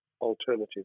alternative